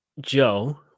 Joe